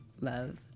love